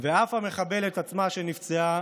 ואף המחבלת עצמה נפצעה